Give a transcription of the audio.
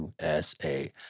USA